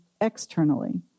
externally